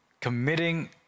committing